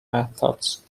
methods